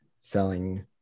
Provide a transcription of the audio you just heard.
selling